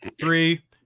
Three